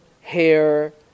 hair